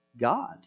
God